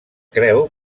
creu